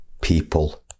people